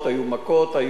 היו התנכלויות,